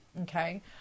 okay